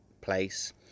place